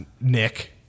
nick